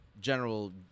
general